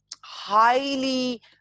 highly